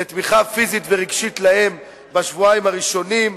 לתמיכה פיזית ורגשית לאם בשבועיים הראשונים,